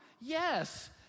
Yes